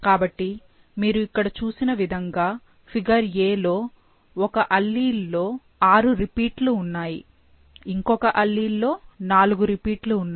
కాబట్టి మీరు ఇక్కడ చూసిన విధంగా ఫిగర్ a లో ఒక అల్లీల్ లో ఆరు రీపీట్లు ఉన్నాయి ఇంకొక అల్లీల్ లో నాలుగు రీపీట్లు ఉన్నాయి